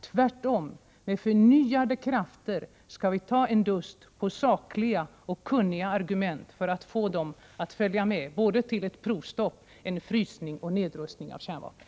Tvärtom — med förnyade krafter skall vi ta en dust för att på sakliga och kunniga argument få dem att följa med både till ett provstopp och till en frysning och nedrustning av kärnvapen.